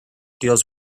deals